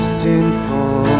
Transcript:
sinful